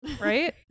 right